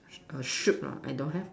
a ship lah I don't have